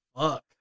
Fuck